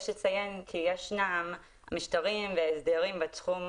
יש לציין כי יש משטרים והסדרים בתחום